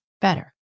better